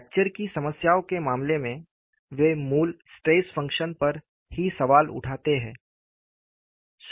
fracture की समस्याओं के मामले में वे मूल स्ट्रेस फंक्शन पर ही सवाल उठाते हैं